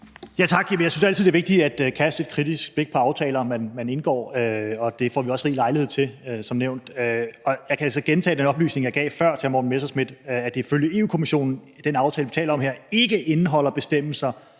Jeg synes altid, det er vigtigt at kaste et kritisk blik på aftaler, man indgår, og det får vi også rig lejlighed til, som det er nævnt. Jeg kan altså gentage den oplysning, som jeg gav før til hr. Morten Messerschmidt, nemlig at den aftale, vi taler om her, ifølge Europa-Kommissionen